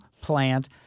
plant